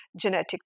genetic